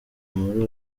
muri